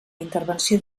intervenció